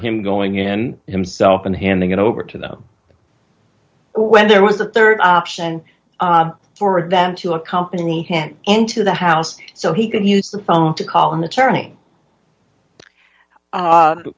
him going in himself and handing it over to them when there was a rd option for them to accompany him into the house so he could use the phone to call in the tourney